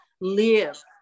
live